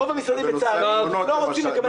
רוב המשרדים, לצערי, לא רוצים לקבל החלטות.